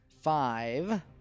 Five